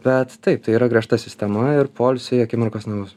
bet taip tai yra griežta sistema ir poilsiui akimirkos nebus